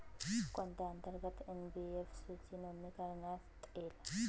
कोणत्या अंतर्गत एन.बी.एफ.सी ची नोंदणी करण्यात येते?